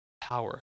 power